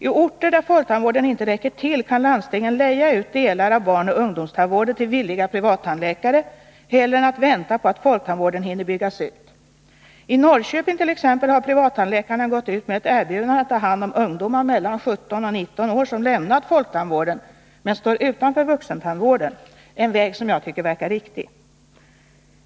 I orter där folktandvården inte räcker till kan landstingen leja ut delar av barnoch ungdomstandvården till villiga privattandläkare hellre än att vänta på att folktandvården hinner byggas ut. Norrköping har privattandläkarna gått ut med ett erbjudande att ta hand om ungdomar mellan 17 och 19 år som lämnat folktandvården men som står utanför vuxentandvården, en väg som jag tycker verkar riktig.